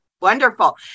Wonderful